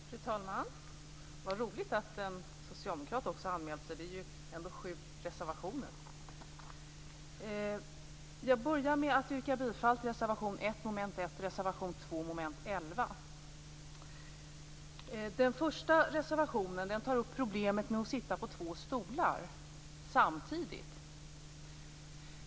Fru talman! Det var roligt att också en socialdemokrat har anmält sig till debatten. Det är ändå fråga om sju reservationer. Jag börjar med att yrka bifall till reservation 1 under mom. 1 och reservation 2 vid mom. 11. I den första reservationen tar man upp problemet med att sitta på två stolar samtidigt.